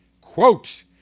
quote